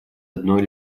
одной